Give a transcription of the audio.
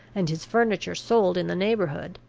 and his furniture sold in the neighborhood.